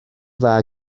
dda